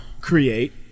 create